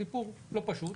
סיפור לא פשוט,